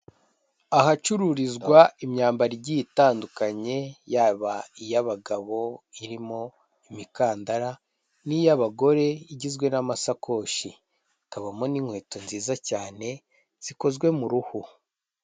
Ahacururizwa imyambaro igiye itandukanye yaba iy'abagabo irimo imikandara n'iy'abagore igizwe n'amasakoshi, hakabamo n'inkweto nziza cyane zikozwe mu ruhu.